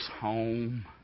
home